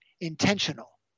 intentional